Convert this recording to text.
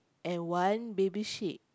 and one baby sheep